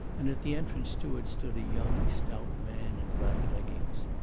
and at the entrance to it stood a young, stout man in black leggings.